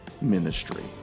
ministry